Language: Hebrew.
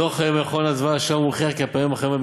דוח "מרכז אדוה" שב ומוכיח כי הפערים החברתיים